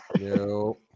no